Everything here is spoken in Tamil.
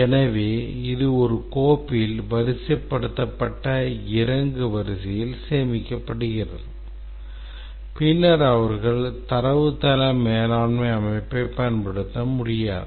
எனவே இது ஒரு கோப்பில் வரிசைப்படுத்தப்பட்ட இறங்கு வரிசையில் சேமிக்கப்படுகிறது பின்னர் அவர்கள் தரவுத்தள மேலாண்மை அமைப்பைப் பயன்படுத்த முடியாது